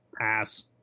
Pass